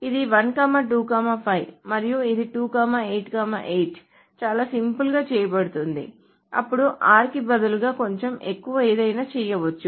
ఇది 1 2 5 మరియు ఇది 2 8 8 చాలా సింపుల్గా చేయబడుతోంది అప్పుడు r కి బదులుగా కొంచెం ఎక్కువ ఏదైనా చేయవచ్చు